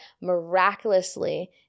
miraculously